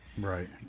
Right